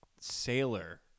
sailor